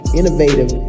innovative